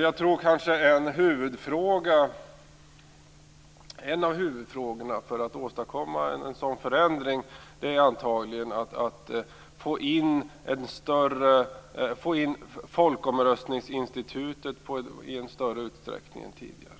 Jag tror att en av huvudfrågorna för att åstadkomma en sådan förändring antagligen är att få in folkomröstningsinstitutet i större utsträckning än tidigare.